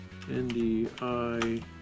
NDI